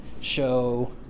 show